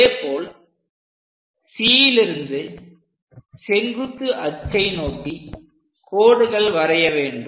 அதேபோல் Cலிருந்து செங்குத்து அச்சை நோக்கி கோடுகள் வரைய வேண்டும்